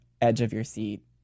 edge-of-your-seat